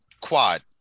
quad